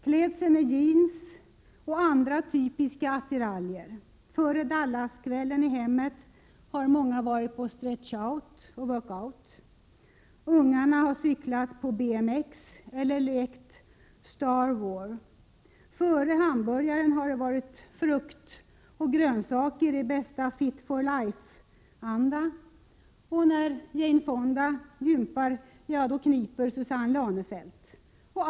Klädseln är jeans och andra typiska attiraljer. Före Dallas-kvällen i hemmet har många varit på Stretch-out och Work-out. Ungarna har cyklat på BMX eller lekt Star War. Före hamburgaren har det varit frukt och grönsaker i bästa fit-for-life-anda. När Jane Fonda gympar så kniper Susanne Lanefelt.